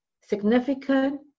significant